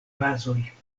bazoj